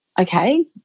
okay